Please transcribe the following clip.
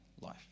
life